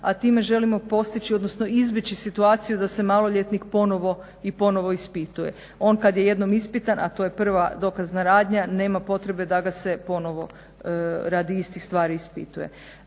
a time želimo postići, odnosno izbjeći situaciju da se maloljetnik ponovo ispituje. On kad je jednom ispitan, a to je prva dokazna radnja, nema potrebe da ga se ponovo radi istih stvari ispituje.